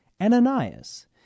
Ananias